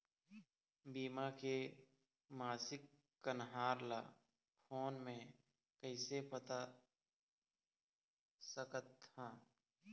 बीमा के मासिक कन्हार ला फ़ोन मे कइसे पता सकत ह?